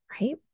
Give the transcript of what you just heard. right